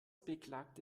beklagte